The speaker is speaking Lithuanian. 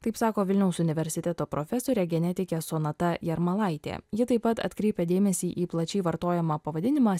kaip sako vilniaus universiteto profesore genetike sonata jarmalaitė ji taip pat atkreipia dėmesį į plačiai vartojamą pavadinimą